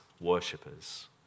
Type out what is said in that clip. worshippers